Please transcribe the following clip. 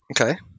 okay